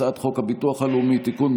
הצעת חוק הביטוח הלאומי (תיקון,